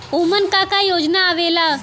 उमन का का योजना आवेला?